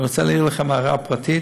אני רוצה להעיר לכם הערה פרטית: